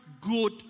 good